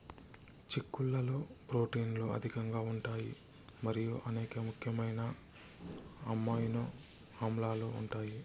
చిక్కుళ్లలో ప్రోటీన్లు అధికంగా ఉంటాయి మరియు అనేక ముఖ్యమైన అమైనో ఆమ్లాలు ఉంటాయి